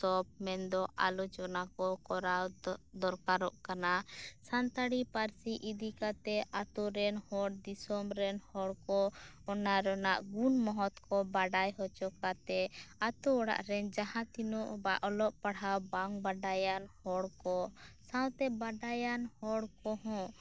ᱥᱚᱯ ᱢᱮᱱ ᱫᱚ ᱟᱞᱳᱪᱚᱱᱟ ᱠᱚ ᱠᱚᱨᱟᱣ ᱫᱚᱨᱠᱟᱨᱚᱜ ᱠᱟᱱᱟ ᱥᱟᱱᱛᱟᱲᱤ ᱯᱟᱨᱥᱤ ᱤᱫᱤ ᱠᱟᱛᱮᱫ ᱟᱛᱩᱨᱮᱱ ᱦᱚᱲ ᱫᱤᱥᱚᱢ ᱨᱮᱱ ᱦᱚᱲ ᱠᱚ ᱚᱱᱟ ᱨᱮᱱᱟᱜ ᱜᱩᱱ ᱢᱚᱦᱚᱛ ᱠᱚ ᱵᱟᱰᱟᱭ ᱦᱚᱪᱚ ᱠᱟᱛᱮᱫ ᱟᱛᱳ ᱚᱲᱟᱜ ᱨᱮᱱ ᱡᱟᱦᱟᱸ ᱛᱤᱱᱟᱹᱜ ᱵᱟ ᱚᱞᱚᱜ ᱯᱟᱲᱦᱟᱣ ᱵᱟᱝ ᱵᱟᱰᱟᱭᱟᱱ ᱦᱚᱲ ᱠᱚ ᱥᱟᱶᱛᱮ ᱵᱟᱰᱟᱭᱟᱱ ᱦᱚᱲ ᱠᱚᱦᱚᱸ